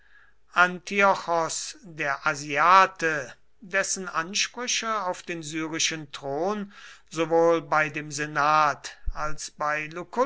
antiochos der asiate dessen ansprüche auf den syrischen thron sowohl bei dem senat als